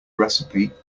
recipe